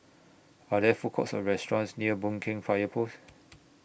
Are There Food Courts Or restaurants near Boon Keng Fire Post